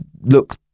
look